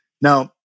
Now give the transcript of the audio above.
now